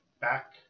back